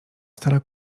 stara